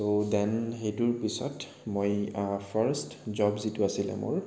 চ' দেন সেইটোৰ পিছত মই ফাৰ্ষ্ট জব যিটো আছিল মোৰ